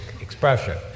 expression